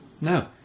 No